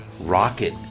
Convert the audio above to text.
rocket